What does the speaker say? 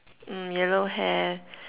mm yellow hair